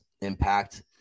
impact